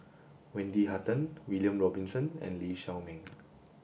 Wendy Hutton William Robinson and Lee Shao Meng